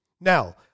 Now